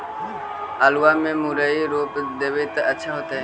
आलुआ में मुरई रोप देबई त अच्छा होतई?